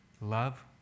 love